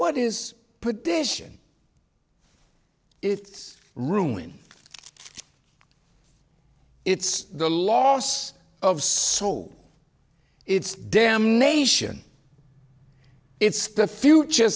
what is put dish in its ruling it's the loss of soul it's damnation it's the future